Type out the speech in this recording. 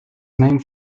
named